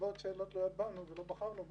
מסיבות שלא תלויות בנו ולא בחרנו בהן,